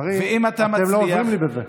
לצערי אתם לא עוזרים לי בזה.